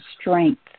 strength